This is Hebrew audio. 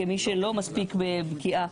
כמי שלא מספיק בקיאה,